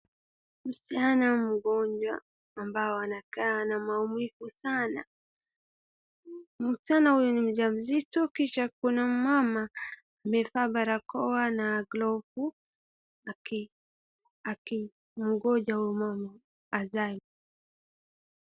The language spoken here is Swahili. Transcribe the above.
Msichana mgonjwa ambao anakaa ana maumivu sana. Msichana huyu ni mjamzito kisha kuna mmama amevaa barakoa na glavu akimgonja huyu mama azae.